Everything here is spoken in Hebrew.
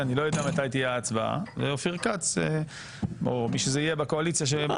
לא החזיר תרומה שיש להחזירה לפי סעיפים קטנים (יא),